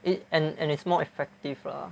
and and it's more effective lah